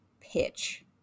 pitch